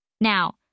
Now